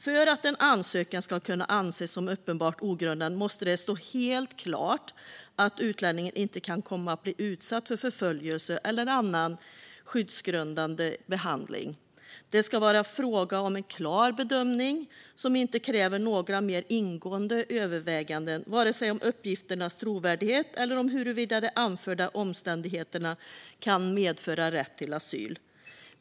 För att en ansökan ska kunna anses som uppenbart ogrundad måste det stå helt klart att utlänningen inte kan komma att bli utsatt för förföljelse eller annan skyddsgrundande behandling. Det ska vara fråga om en klar bedömning som inte kräver några mer ingående överväganden vare sig om uppgifternas trovärdighet eller om huruvida de anförda omständigheterna kan medföra rätt till asyl.